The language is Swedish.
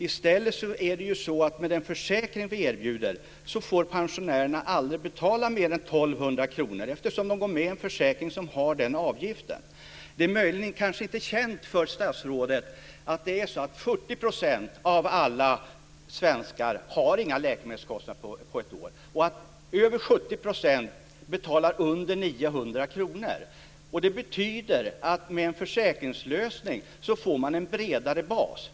I stället är det ju så att med den försäkring vi erbjuder får pensionärerna aldrig betala mer än 1 200 kr, eftersom de går med i en försäkring som har den avgiften. Det är möjligen inte känt för statsrådet att 40 % av alla svenskar inte har några läkemedelskostnader på ett år och att över 70 % betalar under 900 kr. Det betyder att med en försäkringslösning får man en bredare bas.